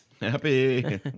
Happy